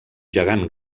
gegant